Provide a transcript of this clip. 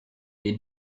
you